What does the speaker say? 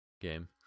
Game